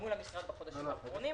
מול המשרד בחודשים האחרונים.